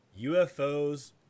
UFOs